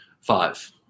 five